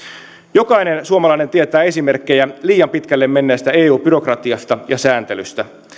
jokainen suomalainen tietää esimerkkejä liian pitkälle menneestä eu byrokratiasta ja sääntelystä